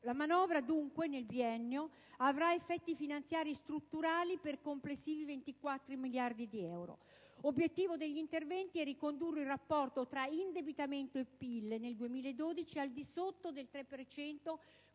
La manovra, dunque, nel biennio avrà effetti finanziari strutturali per complessivi 24 miliardi di euro. Obiettivo degli interventi è ricondurre il rapporto tra indebitamento e PIL nel 2012 al di sotto del 3